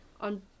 on